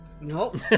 Nope